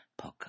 podcast